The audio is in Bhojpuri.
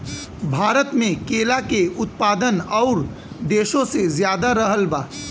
भारत मे केला के उत्पादन और देशो से ज्यादा रहल बा